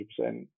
100%